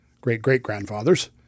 great-great-grandfathers